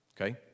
Okay